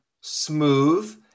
Smooth